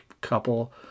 couple